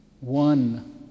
one